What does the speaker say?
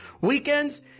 weekends